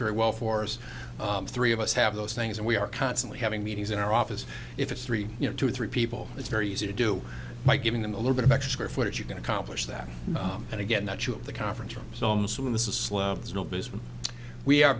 very well for us three of us have those things and we are constantly having meetings in our office if it's three you know two or three people it's very easy to do by giving them a little bit of extra footage you can accomplish that and again that you at the conference rooms